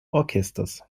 orchesters